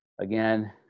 again